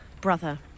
Brother